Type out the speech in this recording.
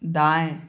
दाएँ